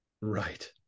Right